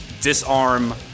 disarm